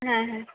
হ্যাঁ হ্যাঁ